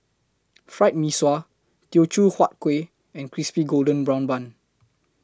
Fried Mee Sua Teochew Huat Kueh and Crispy Golden Brown Bun